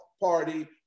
Party